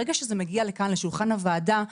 ברגע שזה מגיע לכאן לשולחן הוועדה,